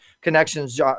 connections